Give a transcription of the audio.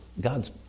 God's